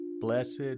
blessed